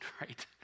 right